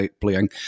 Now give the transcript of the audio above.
playing